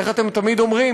איך אתם תמיד אומרים,